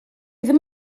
ddim